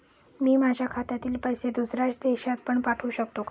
मी माझ्या खात्यातील पैसे दुसऱ्या देशात पण पाठवू शकतो का?